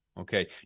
Okay